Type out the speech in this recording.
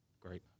Great